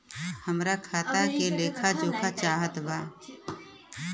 हमरा खाता के लेख जोखा चाहत बा?